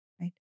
right